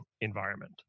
environment